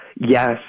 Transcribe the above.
Yes